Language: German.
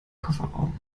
kofferraum